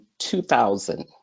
2000